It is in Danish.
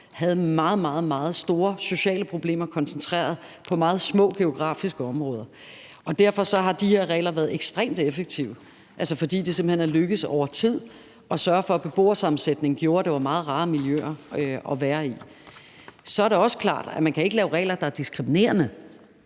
meget, meget store sociale problemer koncentreret på meget små geografiske områder, og derfor har de her regler været ekstremt effektive, altså fordi det simpelt hen er lykkedes over tid at sørge for, at beboersammensætningen gjorde, at det var meget rare miljøer at være i. Så er det også klart, at man ikke kan lave regler, der er diskriminerende.